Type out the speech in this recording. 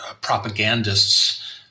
propagandists